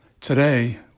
Today